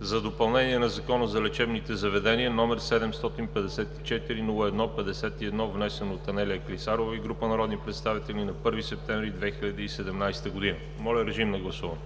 за допълнение на Закона за лечебните заведения, № 754-01-51, внесен от Анелия Клисарова и група народни представители на 1 септември 2017 г. Гласували